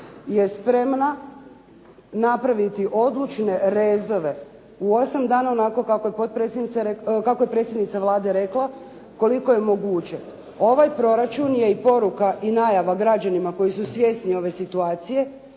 je spremna napraviti odlučne rezove, u 8 dana onako kako je predsjednica Vlade rekla koliko je moguće. Ovaj proračun je i poruka i najava građanima koji su svjesni ove situacije